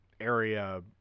area